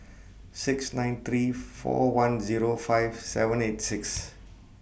six nine three four one Zero five seven eight six